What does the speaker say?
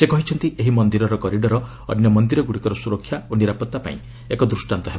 ସେ କହିଛନ୍ତି ଏହି ମନ୍ଦିରର କରିଡର ଅନ୍ୟ ମନ୍ଦିରଗ୍ରଡ଼ିକର ସ୍ୱରକ୍ଷା ଓ ନିରାପତ୍ତା ପାଇଁ ଏକ ଦୂଷ୍କାନ୍ତ ହେବ